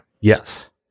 Yes